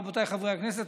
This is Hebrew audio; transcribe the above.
רבותיי חברי הכנסת,